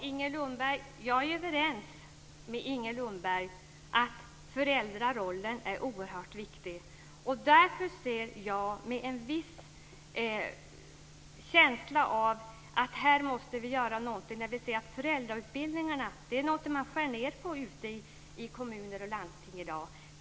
Fru talman! Jag är överens med Inger Lundberg om att föräldrarollen är oerhört viktig. Därför har jag en viss känsla för att vi måste göra något när vi ser att föräldrautbildningarna är något man skär ned på ute i kommuner och landsting i dag.